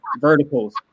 verticals